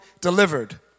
delivered